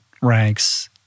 ranks